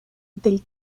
del